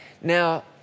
Now